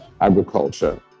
agriculture